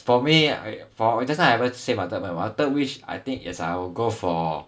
for me I for just now I haven't say my third [one] my third wish is I think I will go for